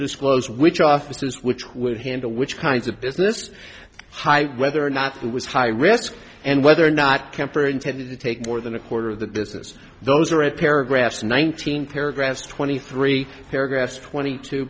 disclose which officers which would handle which kinds of business high whether or not it was high risk and whether or not kemper intended to take more than a quarter of the business those are at paragraphs nineteen paragraphs twenty three paragraphs twenty two